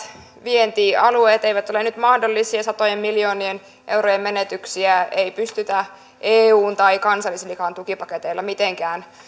vientialueet eivät ole nyt mahdollisia satojen miljoonien eurojen menetyksiä ei pystytä eun tai kansallisillakaan tukipaketeilla mitenkään